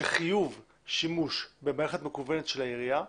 שחיוב שימוש במערכת מקוונת של העירייה,